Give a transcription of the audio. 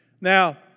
Now